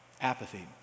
Apathy